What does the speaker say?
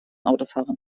autofahrern